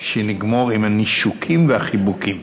שנגמור עם הנישוקים והחיבוקים.